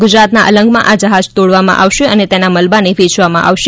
ગુજરાતના અલંગમાં આ જહાજ તોડવામાં આવશે અને તેના મલબાને વેચવામાં આવશે